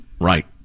Right